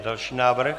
Další návrh.